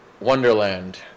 Wonderland